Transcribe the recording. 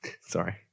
sorry